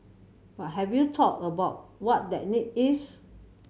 but have you thought about what that need is